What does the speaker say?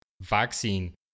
vaccine